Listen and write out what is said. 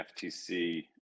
FTC